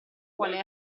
vuole